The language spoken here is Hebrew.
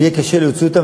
ויהיה קשה להוציא אותם,